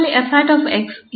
ನಮ್ಮಲ್ಲಿ 𝑓̂ 𝑥 ಇದೆ